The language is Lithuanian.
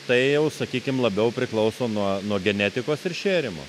tai jau sakykim labiau priklauso nuo nuo genetikos ir šėrimo